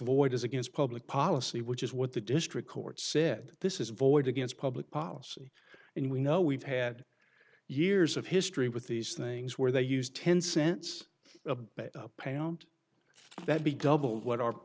void as against public policy which is what the district court said this is void against public policy and we know we've had years of history with these things where they used ten cents a pound think that be double what